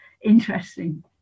interesting